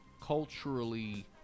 culturally